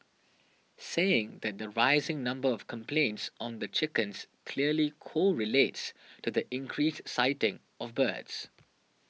saying that the rising number of complaints on the chickens clearly correlates to the increased sighting of birds